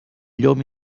llom